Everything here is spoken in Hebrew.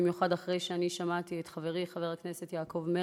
במיוחד אחרי ששמעתי את חברי חבר הכנסת יעקב מרגי,